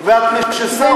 להפך, זה לחיות עם שונות.